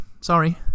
sorry